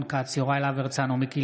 ארי,